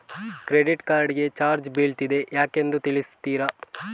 Credit card ಗೆ charge ಬೀಳ್ತಿದೆ ಯಾಕೆಂದು ತಿಳಿಸುತ್ತೀರಾ?